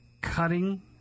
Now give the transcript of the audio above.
cutting